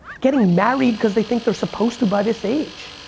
getting married because they think they're supposed to by this age.